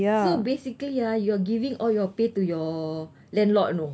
so basically ah you are giving all your pay to your landlord you know